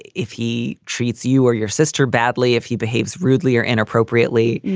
if he treats you or your sister badly, if he behaves rudely or inappropriately,